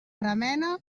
remena